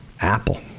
Apple